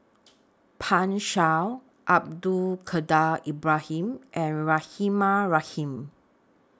Pan Shou Abdul Kadir Ibrahim and Rahimah Rahim